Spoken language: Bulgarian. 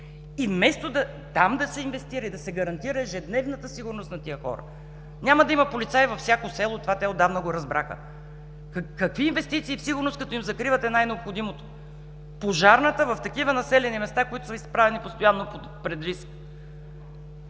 Вместо там да се инвестира и да се гарантира ежедневната сигурност на тези хора, няма да има полицай във всяко село – това те отдавна го разбраха. Какви инвестиции в „сигурност“, като им закривате най-необходимото – пожарната в населени места, които са изправени постоянно пред риск!